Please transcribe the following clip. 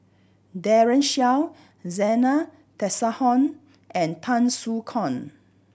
Daren Shiau Zena Tessensohn and Tan Soo Khoon